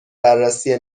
بررسی